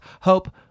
hope